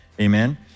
amen